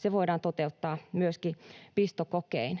se voidaan toteuttaa myöskin pistokokein.